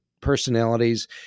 personalities